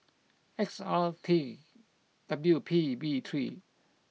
X R T W P B three